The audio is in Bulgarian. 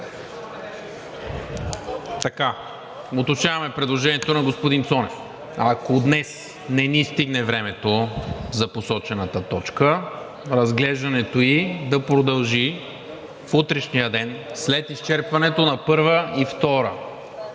Уточняваме предложението на господин Цонев. Ако днес не ни стигне времето за посочената точка, разглеждането ѝ да продължи в утрешния ден след изчерпването на първа и втора